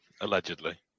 Allegedly